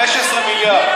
15 מיליארד.